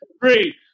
three